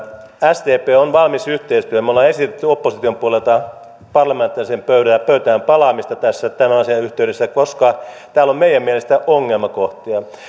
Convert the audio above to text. sdp on valmis yhteistyöhön me olemme esittäneet opposition puolelta parlamentaariseen pöytään palaamista tämän asian yhteydessä koska täällä on meidän mielestämme ongelmakohtia